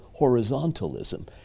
horizontalism